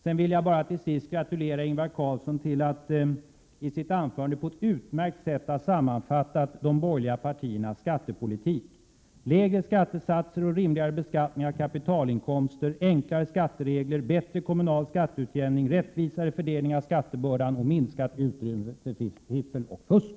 Sedan vill jag till sist gratulera Ingvar Carlsson till att i sitt anförande på ett utmärkt sätt ha sammanfattat de borgerliga partiernas skattepolitik: lägre skattesatser och rimligare beskattning av kapitalinkomster, enklare skatteregler, bättre kommunal skatteutjämning, rättvisare fördelning av skattebördan och minskat utrymme för fiffel och fusk.